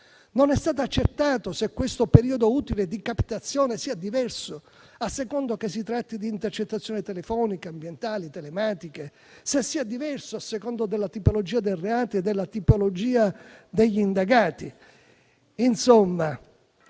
Non è stato accertato se questo periodo utile di captazione sia diverso a seconda che si tratti di intercettazioni telefoniche, ambientali o telematiche e a seconda della tipologia dei reati e degli indagati.